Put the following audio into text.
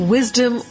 Wisdom